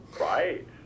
Right